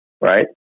Right